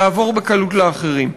יעבור בקלות לאחרים.